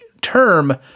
term